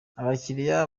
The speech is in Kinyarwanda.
abakiriya